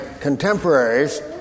contemporaries